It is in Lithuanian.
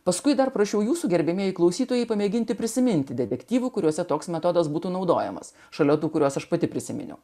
paskui dar prašiau jūsų gerbiamieji klausytojai pamėginti prisiminti detektyvų kuriuose toks metodas būtų naudojamas šalia tų kuriuos aš pati prisiminiau